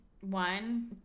One